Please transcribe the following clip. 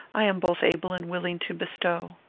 i am both able and willing to bestow.